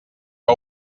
que